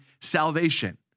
salvation